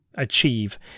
achieve